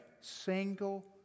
single